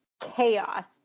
chaos